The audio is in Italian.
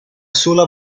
sola